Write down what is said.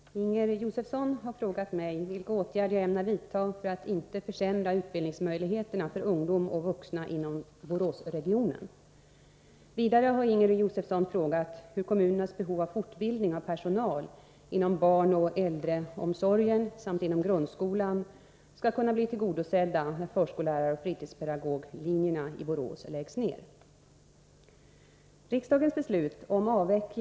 Herr talman! Inger Josefsson har frågat mig vilka åtgärder jag ämnar vidta för att inte försämra utbildningsmöjligheterna för ungdomar och vuxna inom Boråsregionen. Vidare har Inger Josefsson frågat hur kommunernas behov av fortbildning av personal inom barnoch äldreomsorgen samt inom grundskolan skall kunna bli tillgodosedda när förskolläraroch fritidspedagoglinjerna i Borås läggs ner.